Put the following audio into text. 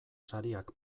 sariak